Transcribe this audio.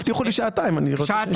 הבטיחו לי שעתיים, אני רוצה לממש את זה.